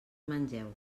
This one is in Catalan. mengeu